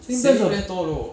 saving plans [what]